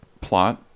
plot